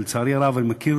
לצערי הרב, אני מכיר